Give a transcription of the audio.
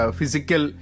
physical